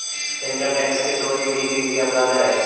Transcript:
income tax के चोरी भी वित्तीय अपराध हइ